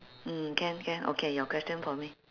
mm can can okay your question for me